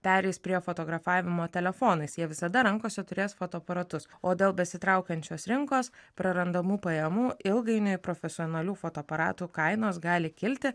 perėjus prie fotografavimo telefonais jie visada rankose turės fotoaparatus o dėl besitraukiančios rinkos prarandamų pajamų ilgainiui profesionalių fotoaparatų kainos gali kilti